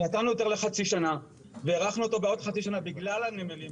נתנו היתר לחצי שנה והארכנו אותו בעוד חצי שנה בגלל הנמלים,